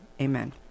Amen